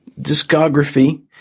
discography